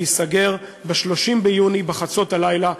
להיסגר ב-30 ביוני בחצות הלילה,